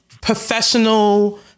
professional